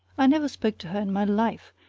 i never spoke to her in my life,